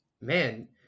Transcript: Man